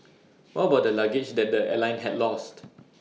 what about the luggage that the airline had lost